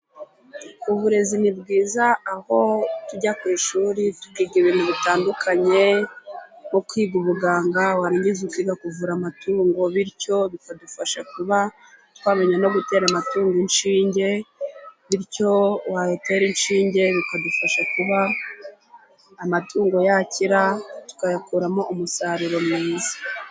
Uburezi ni bwiza aho tujya ku ishuri tukiga ibintu bitandukanye mu kwiga ubuganga warangiza ukiga kuvura amatungo bityo bikadufasha kuba twamenya no gutera amatungo inshinge, bityo wayatera inshinge bikadufasha kuba amatungo yakira tukayakuramo umusaruro mwiza.